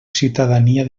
ciutadania